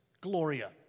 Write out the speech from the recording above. Gloria